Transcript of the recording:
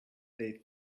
they